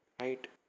Right